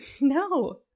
No